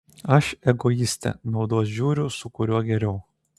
aš egoistė naudos žiūriu su kuriuo geriau